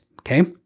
Okay